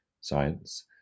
science